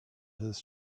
his